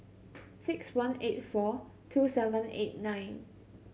six one eight four two seven eight nine